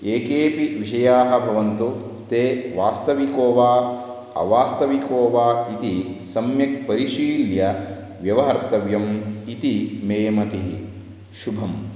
ये केऽपि विषयाः भवन्तु ते वास्तविकः वा अवास्तविकः वा इति सम्यक् परिशील्य व्यवहर्तव्यम् इति मे मतिः शुभम्